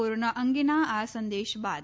corona અંગેના આ સંદેશ બાદ